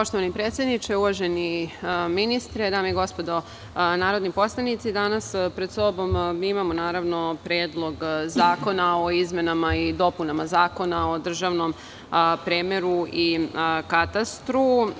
Poštovani predsedniče, uvaženi ministre, dame i gospodo narodni poslanici, danas pred sobom imamo Predlog zakona o izmenama i dopunama Zakona o državnom premeru i katastru.